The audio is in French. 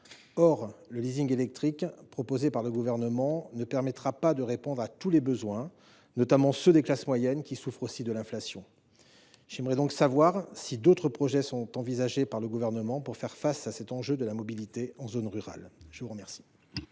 Or le électrique proposé par le Gouvernement ne permettra pas de répondre à tous les besoins, notamment à ceux des classes moyennes, qui souffrent aussi de l’inflation. J’aimerais donc savoir si d’autres projets sont envisagés par le Gouvernement pour faire face à l’enjeu de la mobilité en zone rurale. La parole